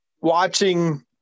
watching